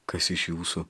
kas iš jūsų